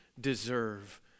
deserve